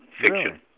Fiction